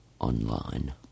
online